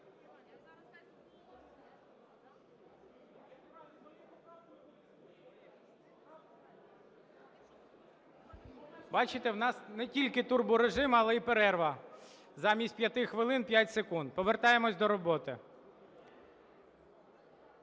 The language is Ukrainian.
Бачите, у нас не тільки турборежим, але й перерва: замість п'яти хвилин – п'ять секунд. Повертаємося до роботи.